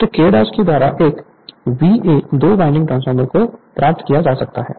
तो K के द्वारा एक VA दो वाइंडिंग ट्रांसफार्मर को प्राप्त किया जा सकता है